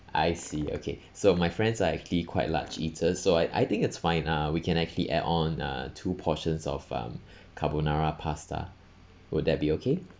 I see okay so my friends are actually quite large eaters so I I think it's fine uh we can actually add on uh two portions of um carbonara pasta will that be okay